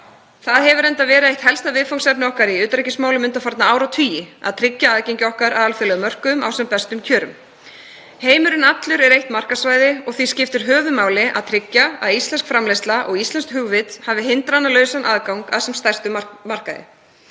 Það hefur enda verið eitt helsta viðfangsefni okkar í utanríkismálum undanfarna áratugi að tryggja aðgengi okkar að alþjóðlegum mörkuðum á sem bestum kjörum. Heimurinn allur er eitt markaðssvæði og því skiptir höfuðmáli að tryggja að íslensk framleiðsla og íslenskt hugvit hafi hindranalausan aðgang að sem stærstum markaði.